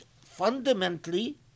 fundamentally